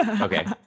Okay